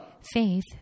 Faith